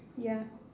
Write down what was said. ya